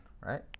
right